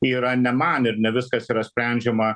yra ne man ir ne viskas yra sprendžiama